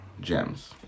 gems